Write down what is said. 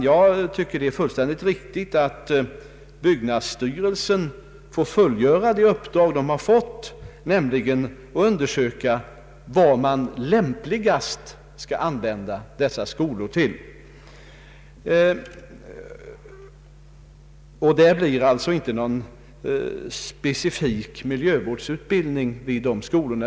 Jag tycker det är fullständigt riktigt att byggnadsstyrelsen får fullgöra det uppdrag den har fått, nämligen att undersöka vad man lämpligast skall använda dessa skolor till. Det blir inte någon specifik miljövårdsutbildning i dessa skolor.